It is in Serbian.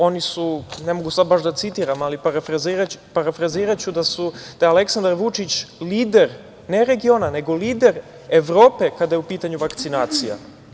Oni su, ne mogu sada baš da citiram, ali parafraziraću da je Aleksandar Vučić lider, ne regiona, nego lider Evrope kada je u pitanju vakcinacija.